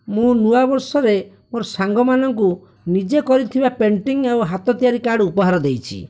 ମୁଁ ନୁଆଁ ବର୍ଷରେ ମୋର ସାଙ୍ଗମାନଙ୍କୁ ନିଜେ କରିଥିବା ପେଣ୍ଟିଙ୍ଗ ଆଉ ହାତ ତିଆରି କାର୍ଡ଼ ଉପହାର ଦେଇଛି